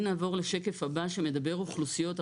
אם נעבור לשקף הבא שמדבר אוכלוסיות,